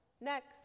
Next